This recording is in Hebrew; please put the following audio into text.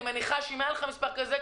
אני מניחה שאם היה לך מספר כזה,